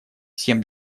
всем